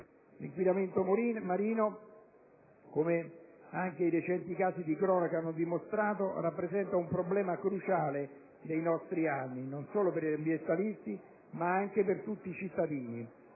L'inquinamento marino, come anche i recenti casi di cronaca hanno dimostrato, rappresenta un problema cruciale dei nostri anni, non solo per gli ambientalisti, ma anche per tutti i cittadini,